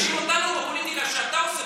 אז אל תאשים אותנו בפוליטיקה כשאתה עושה פוליטיקה.